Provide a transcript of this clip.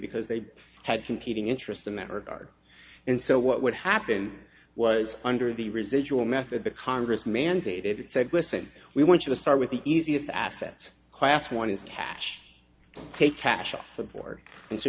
because they had competing interests in that regard and so what would happen was under the residual method the congress mandated it said listen we want you to start with the easiest assets class one is cash take cash